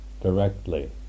directly